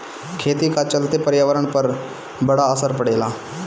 खेती का चलते पर्यावरण पर बड़ा असर पड़ेला